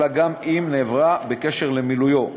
אלא גם אם נעברה בקשר למילויו.